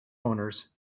owners